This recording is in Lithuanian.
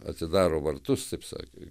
atidaro vartus taip sakė